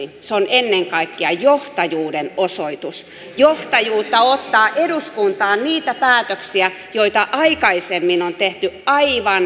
se on ennen kaikkea johtajuuden osoitus johtajuutta ottaa eduskuntaan niitä päätöksiä joita aikaisemmin on tehty aivan väärissä paikoissa